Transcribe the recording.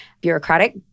bureaucratic